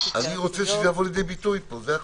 אני רוצה שזה יבוא לידי ביטוי פה, זה הכול.